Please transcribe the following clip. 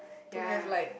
ya